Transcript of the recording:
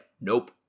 nope